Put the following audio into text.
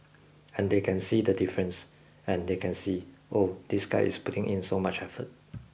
and they can see the difference and they can see oh this guy is putting in so much effort